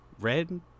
red